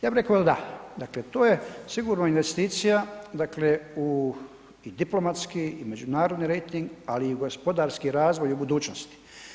Ja bih rekao da, dakle to je sigurno investicija dakle u diplomatski, međunarodni rejting ali i gospodarski razvoj u budućnosti.